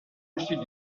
études